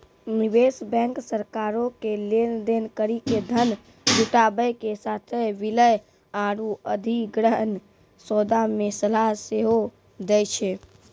निवेश बैंक सरकारो के लेन देन करि के धन जुटाबै के साथे विलय आरु अधिग्रहण सौदा मे सलाह सेहो दै छै